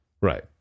Right